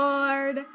Lord